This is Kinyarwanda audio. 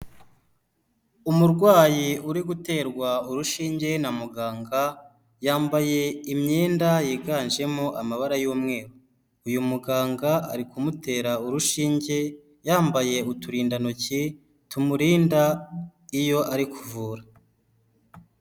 Umurwayi uri guterwa urushinge na muganga yambaye imyenda yiganjemo amabara y'umweru, uyu muganga ari kumutera urushinge yambaye uturindantoki tumurinda iyo ari kuvura.